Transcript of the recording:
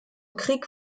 krieg